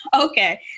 Okay